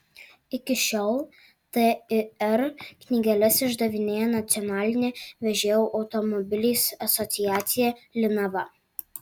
iki šiol tir knygeles išdavinėja nacionalinė vežėjų automobiliais asociacija linava